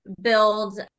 build